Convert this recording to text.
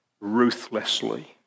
ruthlessly